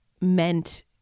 meant